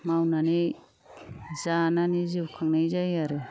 मावनानै जानानै जिउ खांनाय जायो आरो